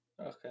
Okay